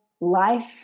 life